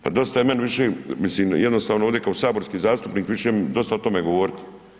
Pa dosta je meni više, mislim jednostavno ovdje kao saborski zastupnik više mi je dosta o tome govoriti.